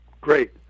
great